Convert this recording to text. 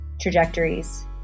trajectories